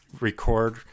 record